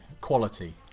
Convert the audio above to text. quality